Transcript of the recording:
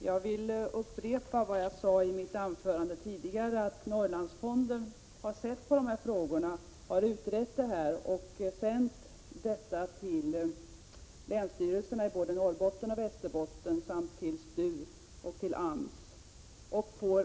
Jag vill upprepa det som jag sade i mitt anförande tidigare, att Norrlandsfonden har utrett dessa frågor och sänt resultatet till länsstyrelserna i både Norrbottens och Västerbottens län samt till STU och AMS.